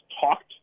talked